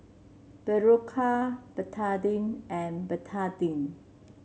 Berocca Betadine and Betadine